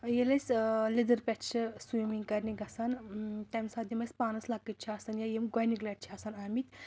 ییٚلہِ أسۍ لیٚدٕر پٮ۪ٹھ چھِ سُومِنٛگ کَرنہِ گژھان تَمہِ ساتہٕ یِم اَسہِ پانَس لۄکٕٹۍ چھِ آسان یا یِم گۄڈنِکۍ لَٹہِ چھِ آسان آمِتۍ